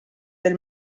del